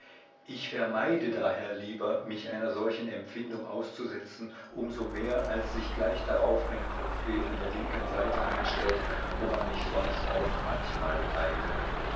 ich vermeide daher lieber mich einer solchen empfindung auszusetzen um so mehr als sich gleich darauf ein kopfweh an der linken seite einstellt woran ich sonst auch manchmal leide